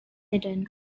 hidden